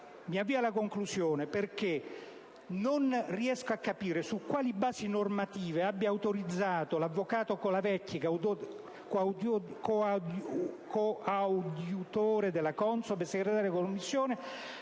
Mi avvio alla conclusione perché non riesco a capire su quali basi normative sia stato autorizzato l'avvocato Colavecchi, coadiutore della CONSOB, segretario della Commissione,